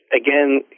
again